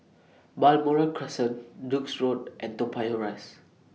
Balmoral Crescent Duke's Road and Toa Payoh Rise